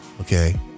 Okay